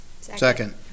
Second